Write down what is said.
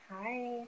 hi